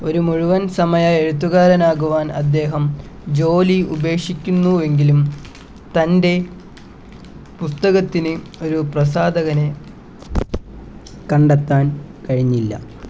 ഒരു മുഴുവൻ സമയ എഴുത്തുകാരനാകുവാൻ അദ്ദേഹം ജോലി ഉപേക്ഷിക്കുന്നുവെങ്കിലും തന്റെ പുസ്തകത്തിന് ഒരു പ്രസാധകനെ കണ്ടെത്താൻ കഴിഞ്ഞില്ല